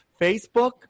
Facebook